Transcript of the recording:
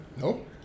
No